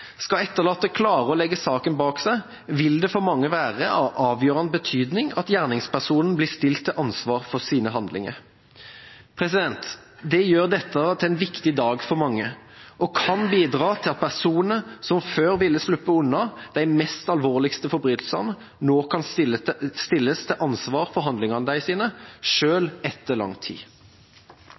Skal etterlatte klare å legge saken bak seg, vil det for mange være av avgjørende betydning at gjerningspersonen blir stilt til ansvar for sine handlinger. Det gjør dette til en viktig dag for mange og kan bidra til at personer som før ville sluppet unna de mest alvorlige forbrytelsene, nå kan stilles til ansvar for handlingene sine, selv etter lang tid.